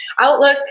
outlook